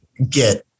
Get